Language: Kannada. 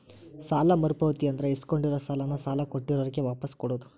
ಸಾಲ ಮರುಪಾವತಿ ಅಂದ್ರ ಇಸ್ಕೊಂಡಿರೋ ಸಾಲಾನ ಸಾಲ ಕೊಟ್ಟಿರೋರ್ಗೆ ವಾಪಾಸ್ ಕೊಡೋದ್